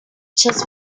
just